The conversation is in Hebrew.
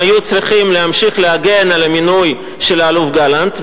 הם היו צריכים להמשיך להגן על המינוי של האלוף גלנט,